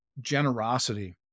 generosity